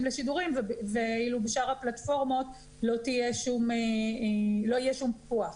לשידורים ואילו בשאר הפלטפורמות לא יהיה שום פיקוח.